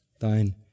Thine